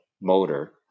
motor